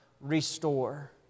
Restore